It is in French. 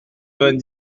vingt